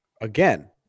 Again